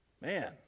Man